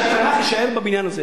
שהתנ"ך יישאר בבניין הזה,